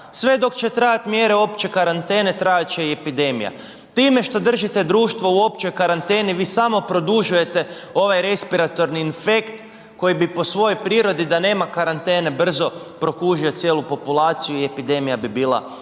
Sve dok će trajati mjere opće karantene, trajat će i epidemija. Time što držite društvo u općoj karanteni, vi samo produžujete ovaj respiratorni infekt koji bi po svojoj prirodi, da nema karantene, brzo prokužio cijelu populaciju i epidemija bi bila gotova.